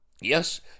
Yes